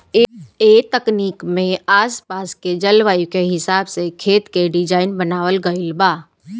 ए तकनीक में आस पास के जलवायु के हिसाब से खेत के डिज़ाइन बनावल गइल बा